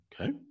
okay